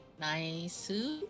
Nice